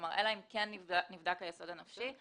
כלומר, אלא אם כן נבדק היסוד הנפשי.